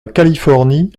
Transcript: californie